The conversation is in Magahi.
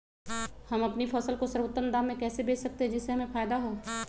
हम अपनी फसल को सर्वोत्तम दाम में कैसे बेच सकते हैं जिससे हमें फायदा हो?